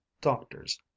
doctors